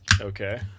Okay